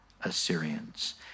Assyrians